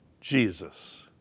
Jesus